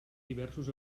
diversos